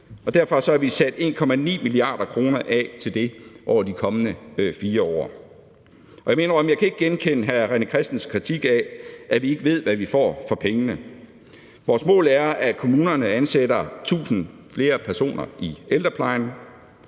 derfor har vi sat 1,9 mia. kr. af til det over de kommende 4 år. Og jeg må indrømme, at jeg ikke kan genkende hr. René Christensens kritik af, at vi ikke ved, hvad vi får for pengene. Vores mål er, at kommunerne ansætter 1.000 flere personer i ældreplejen.